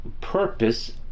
purpose